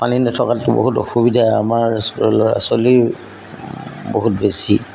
পানী নথকাততো বহুত অসুবিধা আমাৰ ল'ৰা ছোৱালী বহুত বেছি